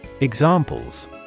Examples